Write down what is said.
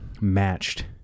matched